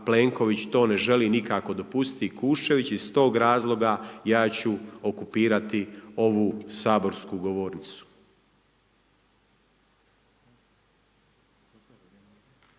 Plenković to ne želi nikako dopustiti i Kuščević i iz tog razloga ja ću okupirati ovu saborsku govornicu.